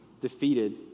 defeated